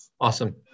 Awesome